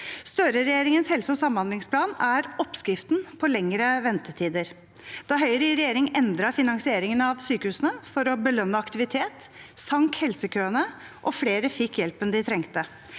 Støre-regjeringens helse- og samhandlingsplan er oppskriften på lengre ventetider. Da Høyre i regjering endret finansieringen av sykehusene for å belønne aktivitet, sank helsekøene, og flere fikk hjelpen de trengte.